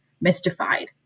mystified